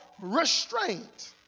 restraint